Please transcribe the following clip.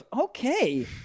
okay